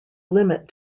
limit